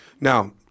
Now